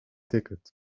ticket